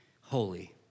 holy